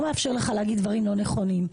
לא מאפשר לך להגיד דברים לא נכונים.